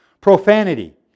Profanity